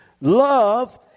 love